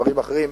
דברים אחרים,